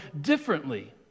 differently